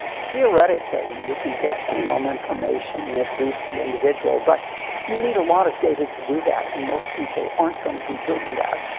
theoretically you can take genome information and adduce the individual, but you need a lot of data to do that, and most people aren't going to be doing that.